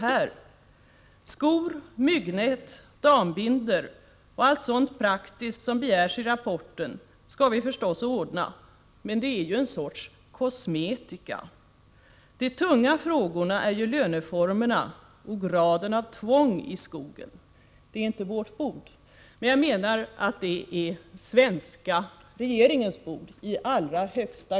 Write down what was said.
Han säger: ”Skor, myggnät, dambindor och allt sånt praktiskt som begärs i rapporten ska vi förstås ordna, men det är ju en sorts ”kosmetika”. De tunga frågorna är ju löneformerna och graden av tvång i skogen. Det är inte vårt ”bord”.” Jag menar att det — i allra högsta grad — är den svenska regeringens bord.